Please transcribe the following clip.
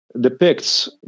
depicts